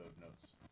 notes